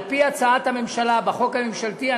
על-פי הצעת הממשלה בחוק הממשלתי,